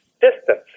distance